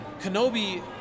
Kenobi